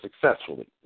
successfully